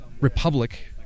republic